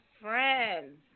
friends